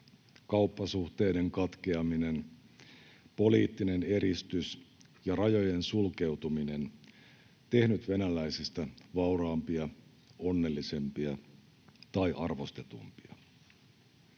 kauppasuhteiden katkeaminen, poliittinen eristys ja rajojen sulkeutuminen tehneet venäläisistä vauraampia, onnellisempia tai arvostetumpia.